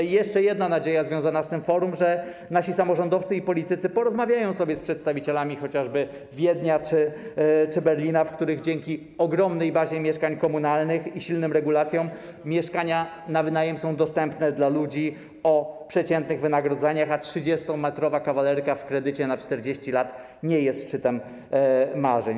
Jeszcze jedna nadzieja związana z tym forum, że nasi samorządowcy i politycy porozmawiają sobie z przedstawicielami chociażby Wiednia czy Berlina, w których dzięki ogromnej bazie mieszkań komunalnych i silnym regulacjom mieszkania na wynajem są dostępne dla ludzi o przeciętnych wynagrodzeniach, a 30-metrowa kawalerka w kredycie na 40 lat nie jest szczytem marzeń.